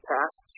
Past